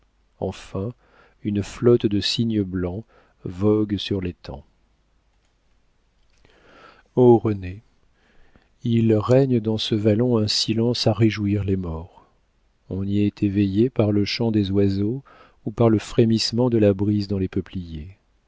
enfin une flotte de cygnes blancs vogue sur l'étang o renée il règne dans ce vallon un silence à réjouir les morts on y est éveillé par le chant des oiseaux ou par le frémissement de la brise dans les peupliers